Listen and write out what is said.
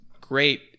great